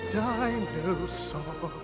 dinosaur